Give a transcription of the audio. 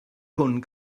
hwn